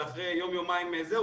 ואחרי יום- יומיים זהו,